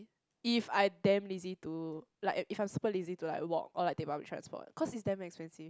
if I damn lazy to like I'm super lazy to like walk or take public transport cause is damn expensive